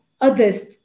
others